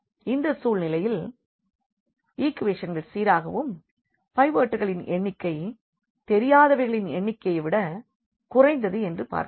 இந்த சூழலில் ஈக்குவேஷன்கள் சீராகவும் பைவோட்களின் எண்ணிக்கை தெரியாதவைகளின் எண்ணிக்கையை விட குறைந்தது என்று பார்க்கிறோம்